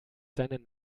seinen